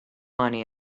money